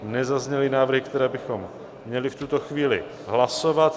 Nezazněly návrhy, které bychom měli v tuto chvíli hlasovat.